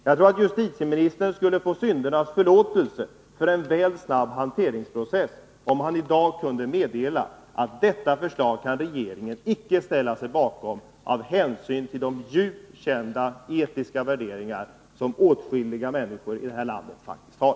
Jag tror att justitieministern skulle få syndernas förlåtelse för en väl snabb hanteringsprocess, om han i dag kunde meddela att regeringen icke kan ställa sig bakom detta förslag, av hänsyn till de djupt kända etiska värderingar som åtskilliga människor här i landet faktiskt har.